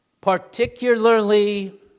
Particularly